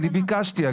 אני ביקשתי אגב,